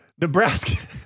Nebraska